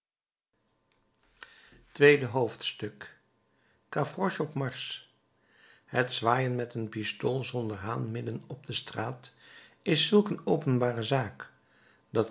tweede hoofdstuk gavroche op marsch het zwaaien met een pistool zonder haan midden op de straat is zulk een openbare zaak